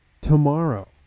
tomorrow